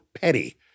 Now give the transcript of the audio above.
petty